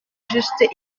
justes